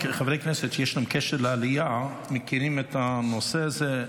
חברי כנסת שיש להם קשר לעלייה מכירים את הנושא הזה.